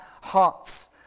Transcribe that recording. hearts